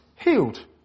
Healed